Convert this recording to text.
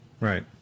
Right